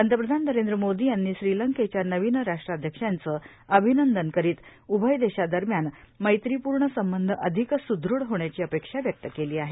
पंतप्रधान नरेंद्र मोदी यांनी श्रीलंकेच्या नवीन राट्राध्यक्षांचं अभिनंदन करीत उभय देशांदरम्यान मैत्रिपूर्ण संबंध अधिक सुदृढ होण्याची अपेक्षा व्यक्त केली आहे